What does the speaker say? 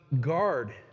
guard